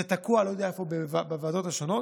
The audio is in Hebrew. זה תקוע לא יודע איפה, בוועדות השונות.